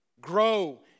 Grow